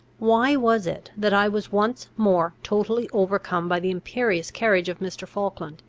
why was it, that i was once more totally overcome by the imperious carriage of mr. falkland,